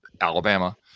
Alabama